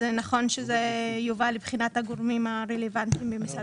זה נכון שזה יובא לבחינת הגורמים הרלוונטיים ממשרד